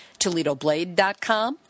toledoblade.com